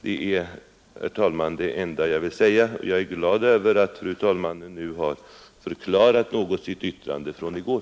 Jag är glad över att fru andre vice talmannen nu något har förklarat sitt yttrande från i går.